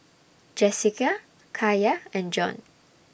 Jessika Kaiya and Jon